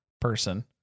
person